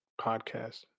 Podcast